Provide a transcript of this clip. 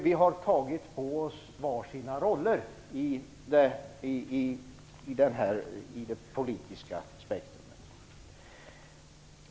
Vi har tagit på oss olika roller i detta politiska spektrum.